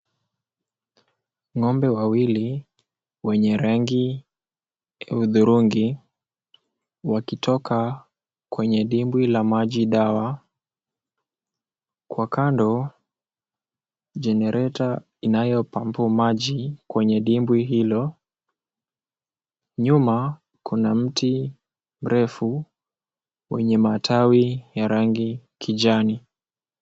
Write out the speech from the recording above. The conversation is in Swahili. Ng'ombe wawili wenye rangi ya udhurungi wakitoka kwenye dimbwi la maji dawa kwa kando jenereta inayo pampu maji kwenye dimbwi hiyo, nyuma kuna mti mrefu wenye matawi ya rangi kijani.